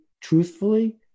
truthfully